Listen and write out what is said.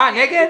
אה, נגד?